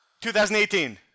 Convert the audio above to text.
2018